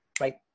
right